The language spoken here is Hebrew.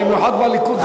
במיוחד בליכוד.